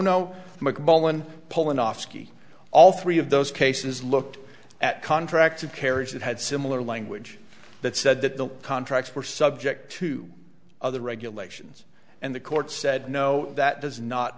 mcmullin pulling off ski all three of those cases looked at contract of carriage that had similar language that said that the contracts were subject to other regulations and the court said no that does not